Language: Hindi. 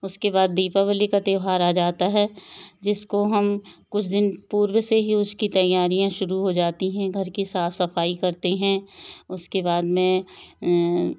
उसके बाद दीपावली का त्यौहार आ जाता है जिसको हम कुछ दिन पूर्व से ही उसकी तैयारियाँ शुरू हो जाती है घर की साफ सफाई करते हैं उसके बाद में